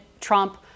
Trump